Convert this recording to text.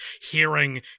hearing